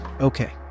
Okay